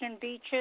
beaches